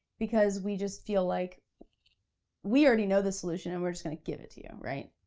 because we just feel like we already know the solution and we're just gonna give it to you, right?